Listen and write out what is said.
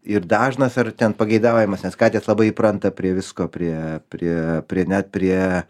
ir dažnas ar ten pageidaujamas nes katės labai įpranta prie visko prie prie prie net prie